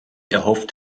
erhofft